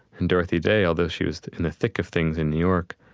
and dorothy day, although she was in the thick of things in new york,